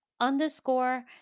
underscore